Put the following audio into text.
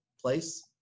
place